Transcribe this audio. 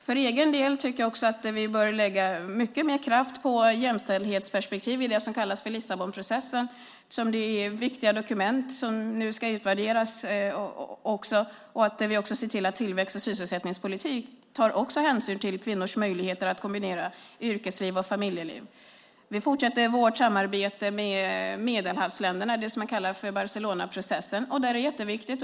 För egen del tycker jag också att vi bör lägga mycket mer kraft på jämställdhetsperspektiv i det som kallas Lissabonprocessen, där det nu finns viktiga dokument som ska utvärderas, och att vi också ser till att det i tillväxt och sysselsättningspolitik tas hänsyn till kvinnors möjligheter att kombinera yrkesliv och familjeliv. Vi fortsätter vårt samarbete med Medelhavsländerna, det som kallas Barcelonaprocessen. Det är jätteviktigt.